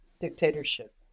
dictatorship